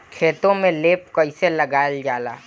खेतो में लेप कईसे लगाई ल जाला?